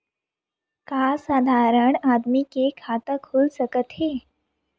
का साधारण आदमी के खाता खुल सकत हे?